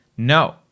No